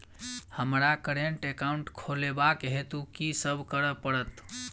हमरा current account खोलेवाक हेतु की सब करऽ पड़त?